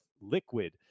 liquid